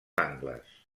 angles